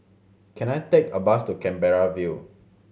can I take a bus to Canberra View